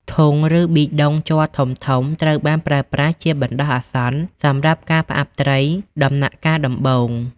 ធុង ឬ ប៊ីដុង ជ័រធំៗត្រូវបានប្រើប្រាស់ជាបណ្តោះអាសន្នសម្រាប់ការផ្អាប់ត្រីដំណាក់កាលដំបូង។